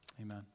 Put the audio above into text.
amen